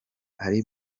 ali